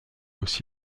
aussi